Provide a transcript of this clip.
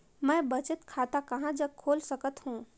मैं बचत खाता कहां जग खोल सकत हों?